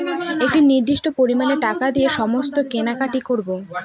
একটি নির্দিষ্ট পরিমানে টাকা দিয়ে সমস্ত কেনাকাটি করবো